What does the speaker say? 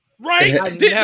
Right